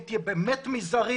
היא תהיה באמת מזערית.